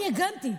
אני הגנתי.